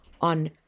on